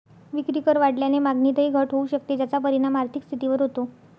विक्रीकर वाढल्याने मागणीतही घट होऊ शकते, ज्याचा परिणाम आर्थिक स्थितीवर होतो